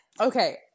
Okay